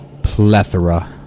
Plethora